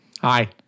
Hi